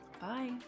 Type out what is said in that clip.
Bye